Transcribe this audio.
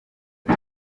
ati